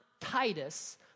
Titus